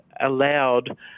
allowed